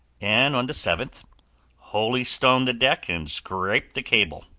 and on the seventh holystone the deck and scrape the cable.